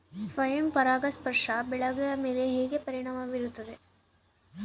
ಸ್ವಯಂ ಪರಾಗಸ್ಪರ್ಶ ಬೆಳೆಗಳ ಮೇಲೆ ಹೇಗೆ ಪರಿಣಾಮ ಬೇರುತ್ತದೆ?